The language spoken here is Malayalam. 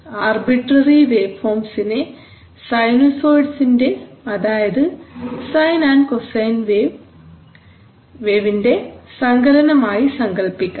ആർബിട്രറി വേവ് ഫോംസിനെ സൈനുസോയ്ഡ്സിന്റെ അതായത് സൈൻ ആൻഡ് കൊസൈൻ വേവ് സങ്കലനം ആയി സങ്കൽപ്പിക്കാം